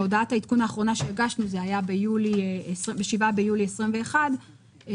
בהודעת העדכון האחרונה שהגשנו ב-7 ביולי 2021 עלה